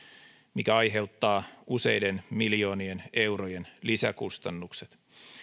mikä aiheuttaa useiden miljoonien eurojen lisäkustannukset